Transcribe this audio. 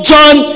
John